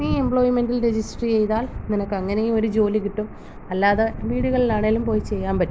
നീ എംപ്ലോയിമെൻറ്റിൽ രെജിസ്റ്റര് ചെയ്താൽ നിനക്കങ്ങനെയും ഒരു ജോലി കിട്ടും അല്ലാതെ വീടുകളിലാണേലും പോയി ചെയ്യാന് പറ്റും